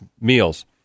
meals